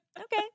okay